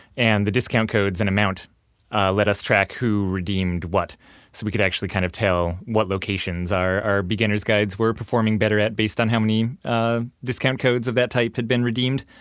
and the discount codes and amount let us track who redeemed what, so we could actually kind of tell what locations our beginner's guides were performing better at based on how many ah discount codes of that type had been redeemed.